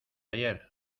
ayer